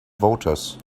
voters